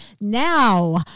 Now